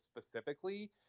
specifically